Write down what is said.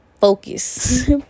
focus